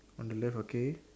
on the left okay